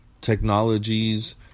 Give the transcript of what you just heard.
technologies